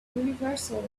universal